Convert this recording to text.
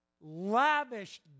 lavished